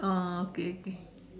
ah okay okay